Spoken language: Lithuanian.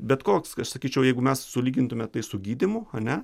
bet koks aš sakyčiau jeigu mes sulygintume tai su gydymu ane